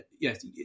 yes